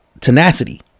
tenacity